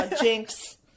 Jinx